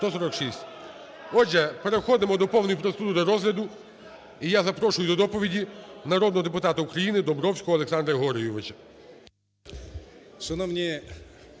Отже, переходимо до повної процедури розгляду. І я запрошую до доповіді народного депутата України Домбровського Олександра Георгійовича.